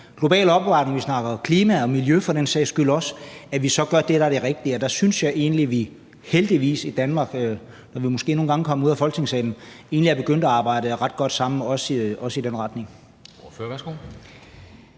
global opvarmning og vi snakker klima og miljø for den sags skyld også, så også gør det, der er det rigtige, og der synes jeg egentlig, at vi heldigvis i Danmark – når vi måske nogle gange er kommet ud af Folketingssalen – egentlig er begyndt at arbejde ret godt sammen også i den retning.